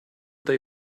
they